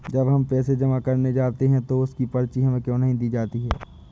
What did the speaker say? जब हम पैसे जमा करने जाते हैं तो उसकी पर्ची हमें क्यो नहीं दी जाती है?